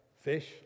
fish